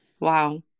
Wow